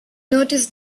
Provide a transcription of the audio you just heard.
noticed